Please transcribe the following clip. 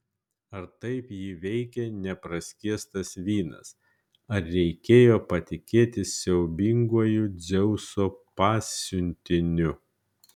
ar taip jį veikė nepraskiestas vynas ar reikėjo patikėti siaubinguoju dzeuso pasiuntiniu